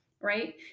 right